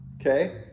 Okay